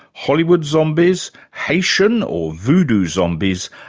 hollywood zombies, haitian, or voodoo, zombies,